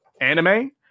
anime